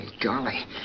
Golly